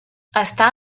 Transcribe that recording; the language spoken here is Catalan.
està